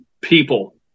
people